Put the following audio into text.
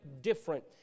different